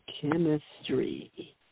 chemistry